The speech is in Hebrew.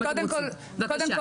בבקשה.